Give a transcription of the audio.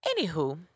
Anywho